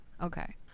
okay